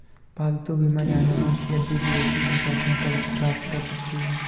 पालतू बीमा जानवरों की अधिक विदेशी प्रजातियां कवरेज प्राप्त कर सकती हैं